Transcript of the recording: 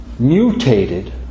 mutated